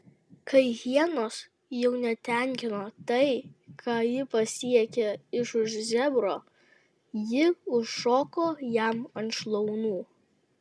kai hienos jau netenkino tai ką ji pasiekia iš už zebro ji užšoko jam ant šlaunų